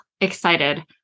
excited